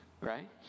right